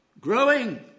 growing